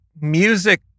music